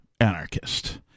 anarchist